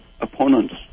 opponents